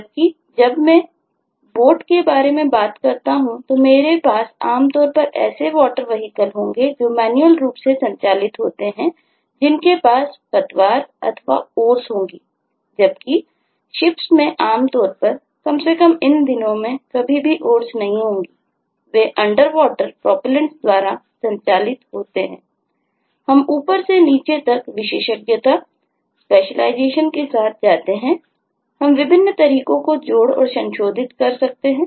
जबकि जब मैं boat के बारे में बात करता हूं तो मेरे पास आमतौर पर ऐसे water vehicle होंगे जो मैन्युअल रूप से संचालित होते हैं जिनके पास पतवारओर्सके साथ जाते हैं हम विभिन्न तरीकों को जोड़ और संशोधित कर सकते हैं